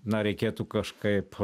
na reikėtų kažkaip